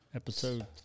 episode